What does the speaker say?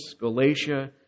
Galatia